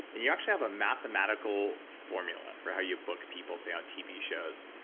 and you actually have a mathematical formula for how you book people say on t v. shows.